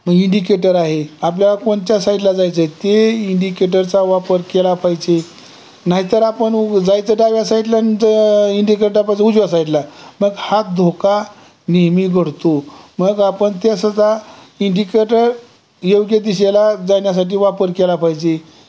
indicator आहे आपल्याला कोणच्या साईडला जायचं आहे ते इंडिकेटरचा वापर केला पाहिजे नाहीतर आपण उ जायचं डाव्या साईडला न त इंडिकेट पाहिजे उजव्या साईडला मग हा धोका नेहमी घडतो मग आपण ते असं जा इंडिकेटर योग्य दिशेला जाण्यासाठी वापर केला पाहिजे